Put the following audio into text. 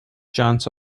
chance